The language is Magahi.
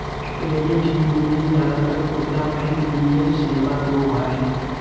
क्रेडिट यूनीयन ज्यादातर खुदरा बैंक नियर सेवा दो हइ